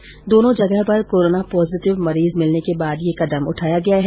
इन दोनों जगहों पर कोरोन पॉजिटिव मरीज मिलने के बाद ये कदम उठाया गया है